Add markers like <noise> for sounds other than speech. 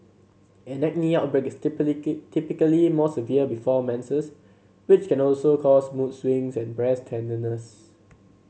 an acne outbreak is <unintelligible> typically more severe before menses which can also cause mood swings and breast tenderness